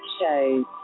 shows